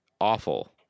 awful